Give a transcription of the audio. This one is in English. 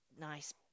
nice